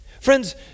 Friends